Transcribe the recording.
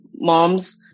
moms